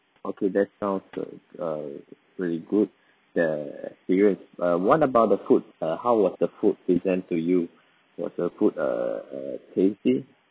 okay that sounds uh uh pretty good the experience uh what about the food uh how was the food present to you was the food uh uh tasty